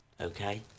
Okay